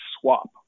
swap